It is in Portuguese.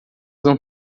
não